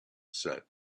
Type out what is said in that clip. set